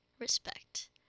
Respect